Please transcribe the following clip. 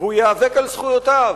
והוא ייאבק על זכויותיו,